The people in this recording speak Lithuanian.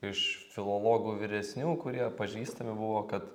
iš filologų vyresnių kurie pažįstami buvo kad